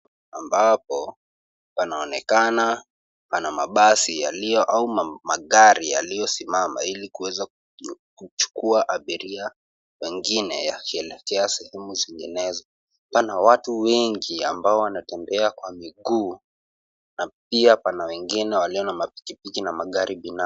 Ambapo panaonekana pana mabasi au magari yaliosimama ili kuweza kuchukua abiria, pegine yakielekea sehemu zinginezo. Pana watu wengi ambao wanatembea kwa miguu na pia pana wengine walio na mapikipki na magari binafsi.